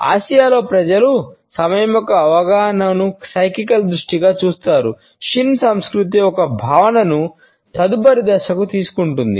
ఆసియాలో సంస్కృతి ఒక భావనను తదుపరి దశకు తీసుకుంటుంది